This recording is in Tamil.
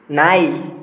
நாய்